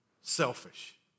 selfish